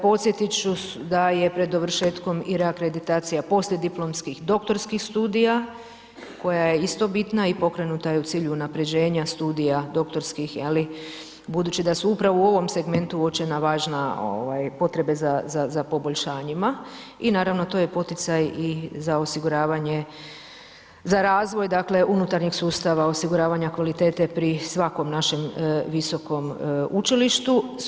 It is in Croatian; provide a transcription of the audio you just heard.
Podsjetit ću da je pred dovršetkom i reakreditacija poslijediplomskih doktorskih studija koja je isto bitna i pokrenuta je u cilju unapređenja studija doktorskih je li, budući da su upravo u ovom segmentu uočena važna ovaj potrebe za, za poboljšanjima i naravno to je poticaj i za osiguravanje za razvoj, dakle unutarnjeg sustava osiguravanja kvalitete pri svakom našem visokom učilištu.